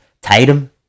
Tatum